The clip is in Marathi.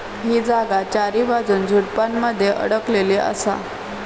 ही जागा चारीबाजून झुडपानमध्ये अडकलेली असा